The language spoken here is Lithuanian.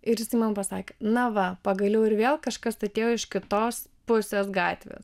ir jis man pasakė na va pagaliau ir vėl kažkas atėjo iš kitos pusės gatvės